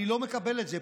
אני לא מקבל את זה.